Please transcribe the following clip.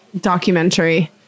documentary